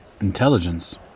Intelligence